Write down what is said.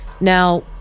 Now